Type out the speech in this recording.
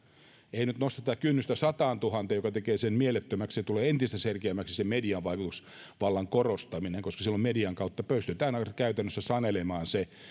ei nyt nosteta kynnystä sataantuhanteen mikä tekee sen mielettömäksi ja jolloin tulee entistä selkeämmäksi median vaikutusvallan korostaminen koska silloin median kautta pystytään käytännössä sanelemaan se